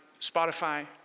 Spotify